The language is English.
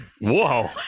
whoa